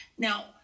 Now